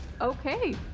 Okay